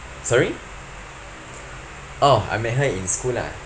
sorry oh I met her in school lah